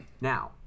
now